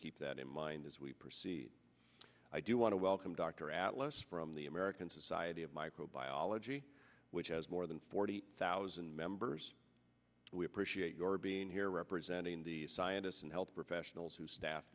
keep that in mind as we proceed i do want to welcome dr atlas from the american society of microbiology which has more than forty thousand members we appreciate your being here representing the scientists and health professionals who staff